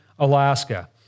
Alaska